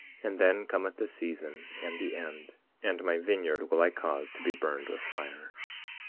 and then cometh the season and the end and my vineyard will i cause to be burned with fire.